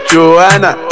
Joanna